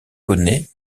connait